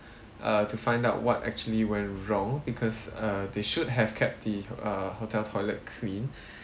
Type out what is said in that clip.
uh to find out what actually went wrong because uh they should have kept the uh hotel toilet clean